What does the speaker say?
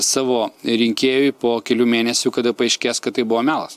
savo rinkėjui po kelių mėnesių kada paaiškės kad tai buvo melas